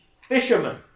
fisherman